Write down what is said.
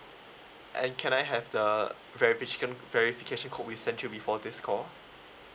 and can I have the verfichiken~ verification code we sent you before this call